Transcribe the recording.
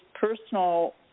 personal